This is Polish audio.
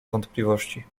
wątpliwości